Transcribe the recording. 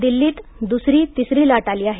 दिल्लीत दुसरी तिसरी लाट आली आहे